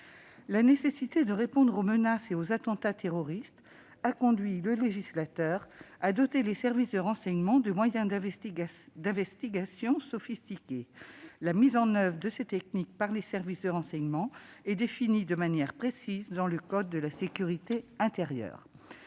La nécessité de répondre aux menaces et aux attentats terroristes a conduit le législateur à doter les services de renseignement de moyens d'investigation sophistiqués. La mise en oeuvre de ces techniques par les services de renseignement est définie de manière précise dans le code de la sécurité intérieure.